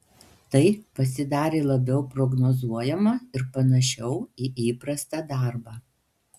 tai pasidarė labiau prognozuojama ir panašiau į įprastą darbą